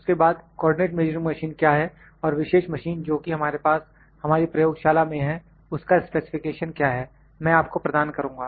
उसके बाद coordinate measuring machine क्या है और विशेष मशीन जो कि हमारे पास हमारी प्रयोगशाला में हैं उसका स्पेसिफिकेशन क्या है मैं आपको प्रदान करुंगा